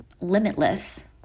limitless